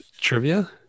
trivia